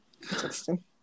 Interesting